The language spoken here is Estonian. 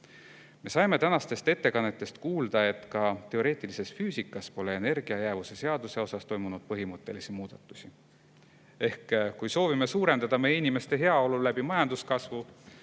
saime tänastest ettekannetest kuulda, et ka teoreetilises füüsikas pole energia jäävuse seaduse koha pealt toimunud põhimõttelisi muudatusi. Ehk kui soovime suurendada meie inimeste heaolu läbi majanduskasvu,